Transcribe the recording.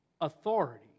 authority